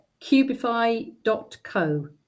cubify.co